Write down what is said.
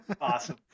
awesome